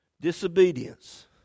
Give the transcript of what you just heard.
Disobedience